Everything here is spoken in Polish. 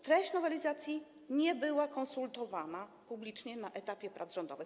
Treść nowelizacji nie była konsultowana publicznie na etapie prac rządowych.